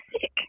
sick